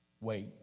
wait